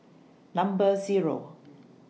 Number Zero